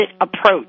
approach